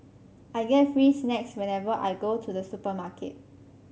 I get free snacks whenever I go to the supermarket